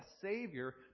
Savior